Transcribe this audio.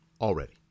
Already